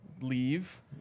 leave